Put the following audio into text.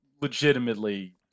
legitimately